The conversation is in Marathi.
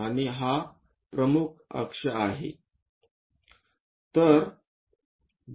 आणि हा प्रमुख अक्ष आहे